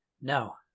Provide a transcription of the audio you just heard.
no